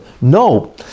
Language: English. no